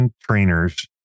trainers